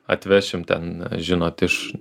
atvešim ten žinot iš